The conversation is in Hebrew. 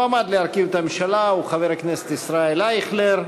המועמד להרכיב את הממשלה הוא חבר הכנסת ישראל אייכלר.